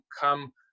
come